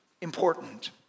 important